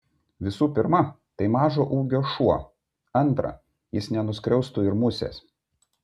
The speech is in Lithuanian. visų pirma tai mažo ūgio šuo antra jis nenuskriaustų ir musės